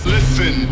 Listen